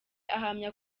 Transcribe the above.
ahamya